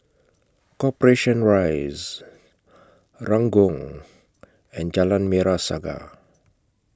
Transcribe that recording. Corporation Rise Ranggung and Jalan Merah Saga